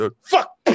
fuck